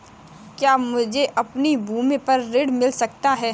क्या मुझे अपनी भूमि पर ऋण मिल सकता है?